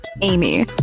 Amy